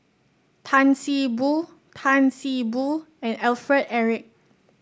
Tan See Boo Tan See Boo and Alfred Eric